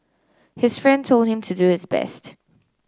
his friend told him to do his best